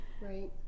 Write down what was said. Right